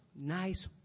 nice